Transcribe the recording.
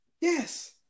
Yes